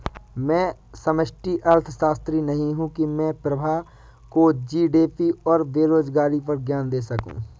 मैं समष्टि अर्थशास्त्री नहीं हूं की मैं प्रभा को जी.डी.पी और बेरोजगारी पर ज्ञान दे सकूं